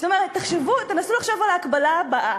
זאת אומרת, תנסו לחשוב על ההקבלה הבאה,